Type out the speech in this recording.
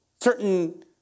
certain